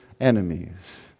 enemies